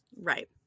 Right